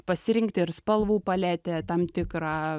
pasirinkti ir spalvų paletę tam tikrą